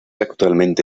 actualmente